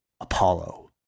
Apollo